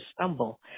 stumble